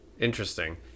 interesting